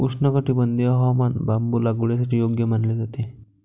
उष्णकटिबंधीय हवामान बांबू लागवडीसाठी योग्य मानले जाते